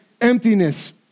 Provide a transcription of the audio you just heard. emptiness